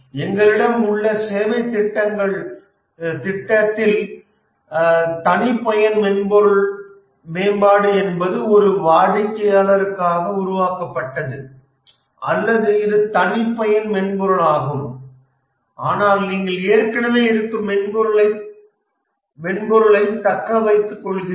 எங்களிடம் உள்ள சேவைத் திட்டத்தில் தனிப்பயன் மென்பொருள் மேம்பாடு என்பது ஒரு வாடிக்கையாளருக்காகவே உருவாக்கப்பட்டது அல்லது இது தனிப்பயன் மென்பொருளாகும் ஆனால் நீங்கள் ஏற்கனவே இருக்கும் மென்பொருளைத் தக்கவைத்துக்கொள்கிறீர்கள்